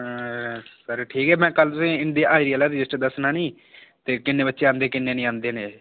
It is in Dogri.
अंसर ठीक ऐ मैं कल इं'दी हाजरी आह्ला रजिस्टर दस्सना नी ते किन्ने बच्चे आंदे किन्ने नेई आंदे न